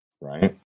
right